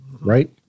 Right